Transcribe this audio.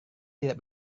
tidak